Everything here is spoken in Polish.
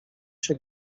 się